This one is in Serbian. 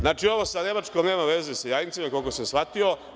Znači, ovo sa Nemačkom nema veze sa Jajincima koliko sam shvatio.